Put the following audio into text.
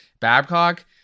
Babcock